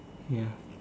ya